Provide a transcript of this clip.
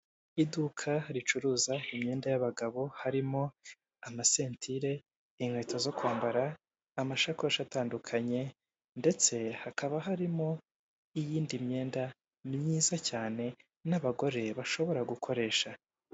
Iduka ricuruza imyenda y'abagabo, harimo amasentire inkweto zo kwambara, amashakoshi atandukanye ndetse hakaba harimo n'iyindi myenda myiza cyane n'abagore bashobora gukoresha.